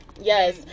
Yes